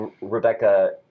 Rebecca